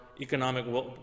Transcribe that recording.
economic